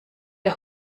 der